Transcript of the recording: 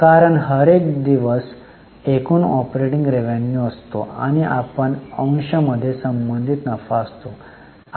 कारण हर दिवस हा एकूण ऑपरेटिंग रेव्हेन्यू असतो आणि आपण अंश मध्ये संबंधित नफा घेतो